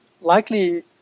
likely